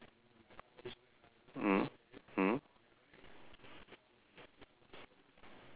uh yup two birds